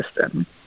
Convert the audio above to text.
system